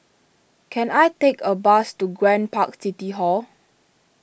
can I take a bus to Grand Park City Hall